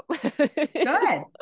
Good